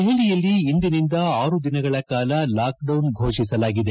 ದೆಹಲಿಯಲ್ಲಿ ಇಂದಿನಿಂದ ಆರು ದಿನಗಳ ಕಾಲ ಲಾಕ್ಡೌನ್ ಘೋಷಿಸಲಾಗಿದೆ